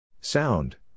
Sound